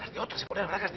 the opposite